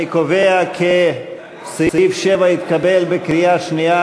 אני קובע כי סעיף 7 התקבל בקריאה שנייה,